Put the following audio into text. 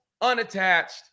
unattached